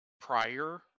prior